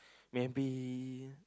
maybe